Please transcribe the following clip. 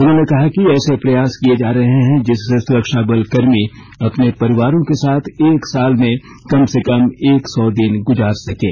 उन्होंने कहा कि ऐसे प्रयास किए जा रहे हैं जिससे सुरक्षाबल कर्मी अपने परिवारों के साथ एक साल में कम से कम एक सौ दिन गुजार सकें